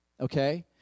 okay